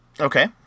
Okay